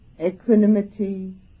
equanimity